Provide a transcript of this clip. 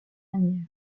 manière